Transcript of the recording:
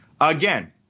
Again